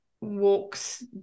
walks